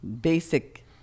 basic